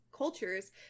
cultures